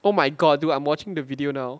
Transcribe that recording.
oh my god dude I'm watching the video now